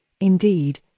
indeed